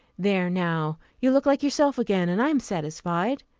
there now, you look like yourself again, and i am satisfied,